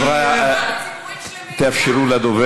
למה הייתם צריכים לעשות את כל,